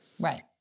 Right